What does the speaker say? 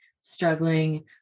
struggling